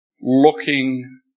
looking